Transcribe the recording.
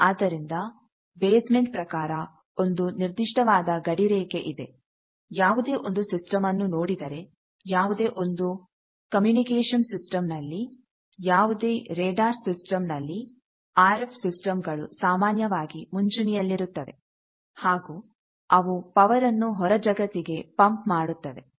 ಆದ್ದರಿಂದ ಬೇಸ್ಮೆಂಟ್ ಪ್ರಕಾರ ಒಂದು ನಿರ್ದಿಷ್ಟವಾದ ಗಡಿ ರೇಖೆ ಇದೆ ಯಾವುದೇ ಒಂದು ಸಿಸ್ಟಮ್ ಅನ್ನು ನೋಡಿದರೆ ಯಾವುದೇ ಒಂದು ಕಮ್ಯೂನಿಕೇಷನ್ ಸಿಸ್ಟಮ್ ನಲ್ಲಿ ಯಾವುದೇ ರಡಾರ್ ಸಿಸ್ಟಮ್ ನಲ್ಲಿ ಆರ್ ಎಫ್ ಸಿಸ್ಟಮ್ ಗಳು ಸಾಮಾನ್ಯವಾಗಿ ಮುಂಚೂಣಿಯಲ್ಲಿರುತ್ತವೆ ಹಾಗೂ ಅವು ಪವರ್ಅನ್ನು ಹೊರಜಗತ್ತಿಗೆ ಪಂಪ್ ಮಾಡುತ್ತವೆ